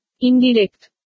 Indirect